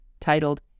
titled